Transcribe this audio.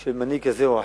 של מנהיג כזה או אחר.